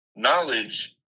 Knowledge